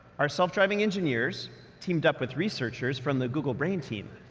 our self-driving engineers teamed up with researchers from the google brain team,